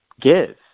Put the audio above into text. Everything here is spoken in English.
give